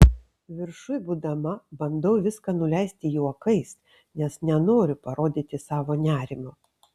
viršuj būdama bandau viską nuleisti juokais nes nenoriu parodyti savo nerimo